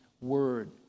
word